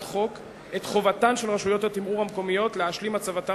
החוק את חובתן של רשויות התימרור המקומיות להשלים את הצבתם